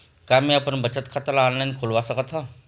का मैं अपन बचत खाता ला ऑनलाइन खोलवा सकत ह?